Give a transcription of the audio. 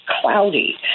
cloudy